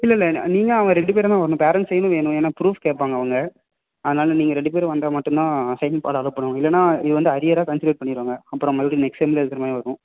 இல்லயில்ல நா நீங்கள் அவன் ரெண்டு பேரும்தான் வரணும் பேரன்ட்ஸ் சைனும் வேணும் ஏன்னால் ப்ரூஃப் கேட்பாங்க அவங்க அதனால் நீங்கள் ரெண்டு பேரும் வந்தால் மட்டும்தான் சைன் போட அல்லோ பண்ணுவாங்க இல்லைன்னா இது வந்து அரியராக கன்சிடர் பண்ணிடுவாங்க அப்புறம் மறுபடி நெக்ஸ்ட் செம்மில் எழுதுகிற மாதிரி வரும்